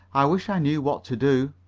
i wish i knew what to do!